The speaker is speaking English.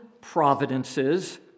providences